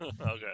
Okay